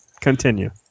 continue